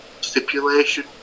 stipulation